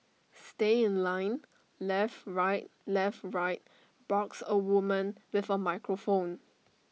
stay in line left right left right barks A woman with A microphone